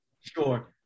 Sure